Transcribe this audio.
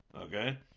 okay